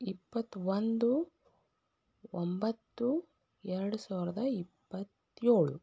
ಇಪ್ಪತ್ತೊಂದು ಒಂಬತ್ತು ಎರಡು ಸಾವಿರದ ಇಪ್ಪತ್ತೇಳು